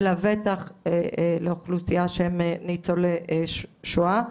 ולבטח לאוכלוסיה שהם ניצולי שואה.